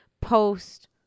post